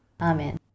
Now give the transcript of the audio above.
Amen